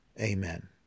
Amen